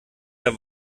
der